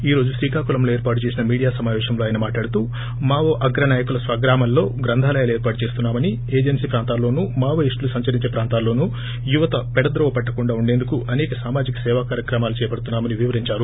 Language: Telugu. ఈ రోజు శ్రీకాకుళంలో ఏర్పాటు చేసిన మీడియా సమాపేశంలో ్ ఆయన ్ మాట్లాడుతూ మావో అగ్రనాయకుల స్వగ్రామాల్లో గ్రందాలయాలు ఏర్పాటు చేస్తున్నా మని ఏజెన్సీ ప్రాంతాల్లోను మావోయిస్టులు సంచరించే ప్రాంతాల్లో యువత పెడత్రోవ పట్లకుండా ఉండేందుకు అసేక సామజిక సేవా కార్యక్రమాలు చేపడుతున్నా మని వివరించారు